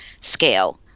scale